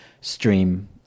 stream